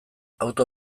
auto